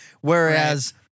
whereas